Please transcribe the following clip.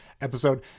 episode